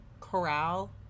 corral